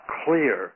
clear